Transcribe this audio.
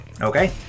Okay